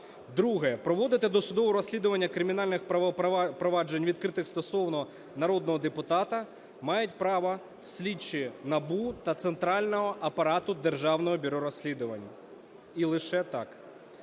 Друге. Проводити досудове розслідування кримінальних проваджень, відкритих стосовно народного депутата, мають право слідчі НАБУ та центрального апарату Державного бюро розслідувань і лише так.